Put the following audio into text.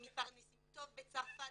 הם מתפרנסים טוב בצרפת,